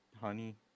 Honey